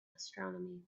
astronomy